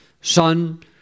Son